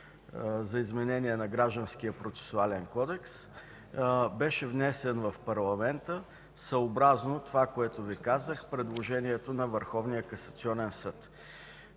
за изменение на Гражданския процесуален кодекс беше внесен в парламента, съобразно това, което Ви казах – предложението на